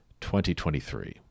2023